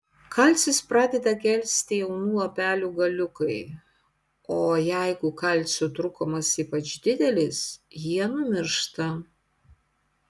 kalcis pradeda gelsti jaunų lapelių galiukai o jeigu kalcio trūkumas ypač didelis jie numiršta